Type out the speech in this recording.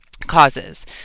causes